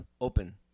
open